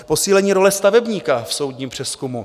Posílení role stavebníka v soudním přezkumu.